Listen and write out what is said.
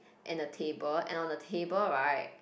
and a table and on a table right